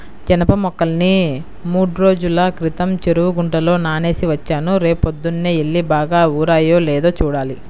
జనప మొక్కల్ని మూడ్రోజుల క్రితం చెరువు గుంటలో నానేసి వచ్చాను, రేపొద్దన్నే యెల్లి బాగా ఊరాయో లేదో చూడాలి